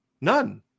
None